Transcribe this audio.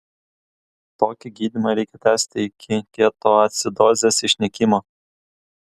tokį gydymą reikia tęsti iki ketoacidozės išnykimo